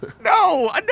No